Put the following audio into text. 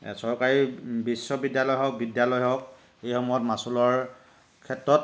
চৰকাৰী বিশ্ববিদ্যালয় হওক বিদ্যালয় হওক এইসমূহত মাচুলৰ ক্ষেত্ৰত